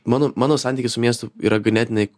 mano mano santykis miestu yra ganėtinai